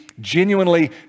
genuinely